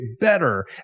better